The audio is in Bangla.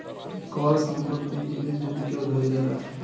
কল সম্পত্তির জিলিস যদি কেউ ধ্যইরে রাখে